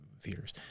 theaters